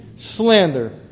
Slander